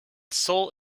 sol